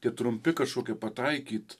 tie trumpi kažkokie pataikyt